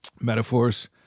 metaphors